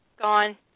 Gone